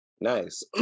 Nice